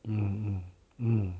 嗯嗯嗯